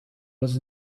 was